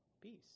Peace